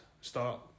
start